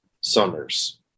summers